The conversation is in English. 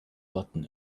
button